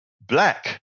black